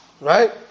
Right